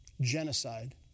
Genocide